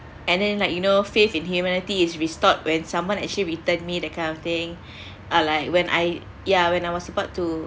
and then like you know faith in humanity is restored when someone actually returned me that kind of thing uh like when I yeah when I was about to